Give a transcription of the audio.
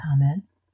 comments